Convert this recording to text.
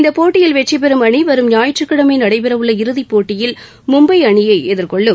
இந்தப் போட்டியில் வெற்றி பெறும் அணி வரும் ஞாயிற்றுக்கிழமை நடைபெறவுள்ள இறுதிப் போட்டியில் மும்பை அணியை எதிர்கொள்ளும்